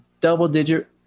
double-digit